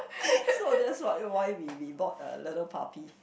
so that's why why we we bought a little puppy